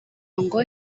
ngo